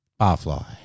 Barfly